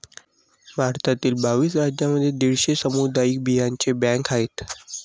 भारतातील बावीस राज्यांमध्ये दीडशे सामुदायिक बियांचे बँका आहेत